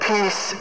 Peace